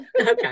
Okay